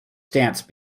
stance